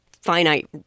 finite